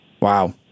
Wow